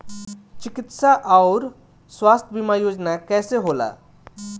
चिकित्सा आऊर स्वास्थ्य बीमा योजना कैसे होला?